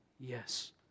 Yes